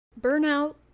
Burnout